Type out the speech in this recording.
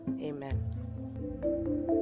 Amen